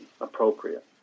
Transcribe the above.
appropriate